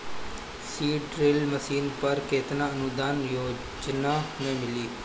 Seed drill machine पर केतना अनुदान योजना में मिली?